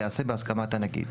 תיעשה בהסכמת הנגיד,